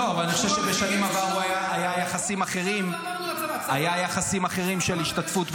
שיעור --- אני חושב שבשנים עברו היו יחסים אחרים של השתתפות במלחמה,